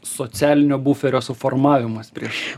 socialinio buferio suformavimas prieš